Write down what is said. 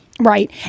Right